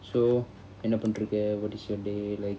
so என்னபண்ணிட்ருக்க:enna pannitiruka what is your day like